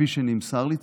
כפי שנמסר לי,